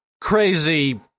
crazy